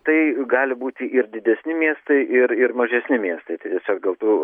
tai gali būti ir didesni miestai ir ir mažesni miestai tiesiog dėl tų